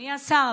אדוני השר,